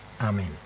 Amen